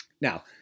now